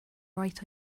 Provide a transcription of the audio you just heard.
right